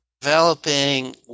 developing